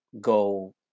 go